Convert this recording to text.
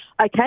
Okay